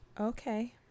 Okay